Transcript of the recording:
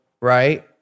right